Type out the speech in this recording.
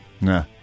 Nah